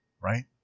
Right